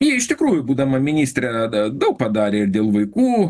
ji iš tikrųjų būdama ministrė daug padarė ir dėl vaikų